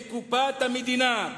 לקופת המדינה.